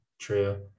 True